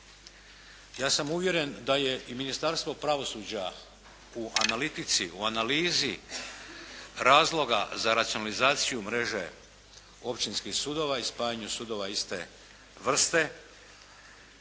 Ja sam uvjeren da je i Ministarstvo pravosuđa u analitici, u analizi razloga za racionalizaciju mreže općinskih sudova i spajanja sudova iste vrste izvršilo